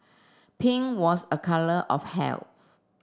pink was a colour of health